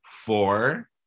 four